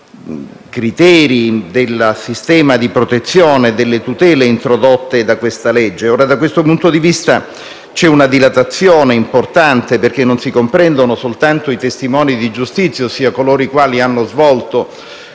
criteri del sistema di protezione, delle tutele introdotte da questa legge. Da questo punto di vista c'è una dilatazione importante, perché non si comprendono soltanto i testimoni di giustizia, ossia coloro i quali hanno svolto